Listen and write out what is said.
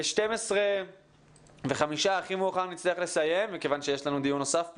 בשעה 12:05 לכל המאוחר נצטרך לסיים מכיוון שיש לנו דיון נוסף כאן.